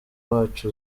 wacu